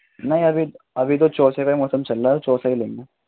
نہیں ابھی ابھی تو چوسے کا ہی موسم چل رہا ہے تو چوسا ہی لیں گے